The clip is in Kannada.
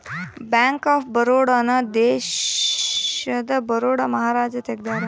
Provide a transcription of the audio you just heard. ಬ್ಯಾಂಕ್ ಆಫ್ ಬರೋಡ ನ ಬರೋಡ ದೇಶದ ಮಹಾರಾಜ ತೆಗ್ದಾರ